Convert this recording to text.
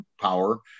power